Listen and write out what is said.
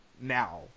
now